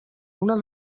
una